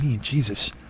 Jesus